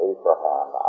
Abraham